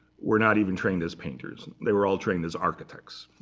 were not even trained as painters. they were all trained as architects.